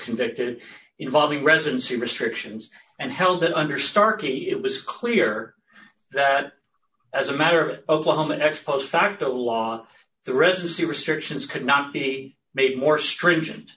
convicted involving residency restrictions and held that under starkey it was clear that as a matter of oklahoma ex post facto law the residency restrictions could not be made more stringent